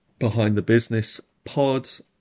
behindthebusinesspod